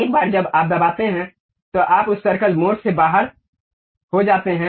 एक बार जब आप दबाते हैं तो आप उस सर्कल मोड से बाहर हो जाते हैं